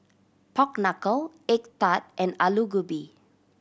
pork knuckle egg tart and Aloo Gobi